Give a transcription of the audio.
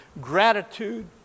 gratitude